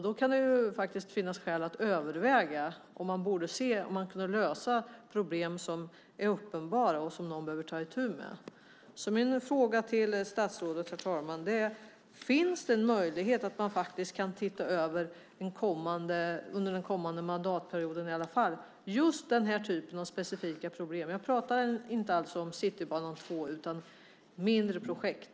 Då kan det finnas skäl att överväga om man kan lösa uppenbara problem, sådana som någon behöver ta itu med. Min fråga till statsrådet, herr talman, är därför: Finns det möjligheter att under den kommande mandatperioden åtminstone se över just den här typen av specifika problem? Jag pratar inte om Citybanan 2 utan om mindre projekt.